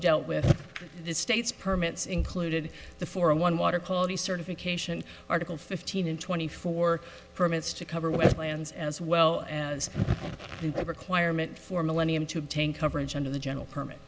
dealt with the state's permits included the four and one water quality certification article fifteen and twenty four permits to cover wetlands as well as the requirement for millennium to obtain coverage under the general permit